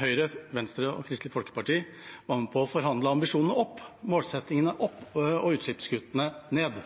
Høyre, Venstre og Kristelig Folkeparti var med på å forhandle ambisjonene og målsettingene opp og utslippene ned.